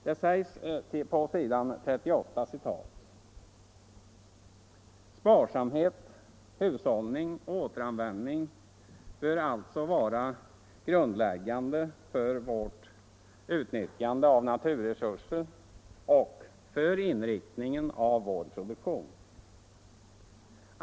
Det sägs på s. 28: ”Sparsamhet, hushållning och återanvändning bör alltså vara grundläggande för vårt utnyttjande av naturresurser och för inriktningen av vår produktion.